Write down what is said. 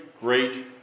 great